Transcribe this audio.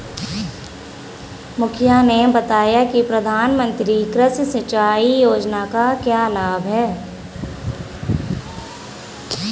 मुखिया ने बताया कि प्रधानमंत्री कृषि सिंचाई योजना का क्या लाभ है?